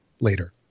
later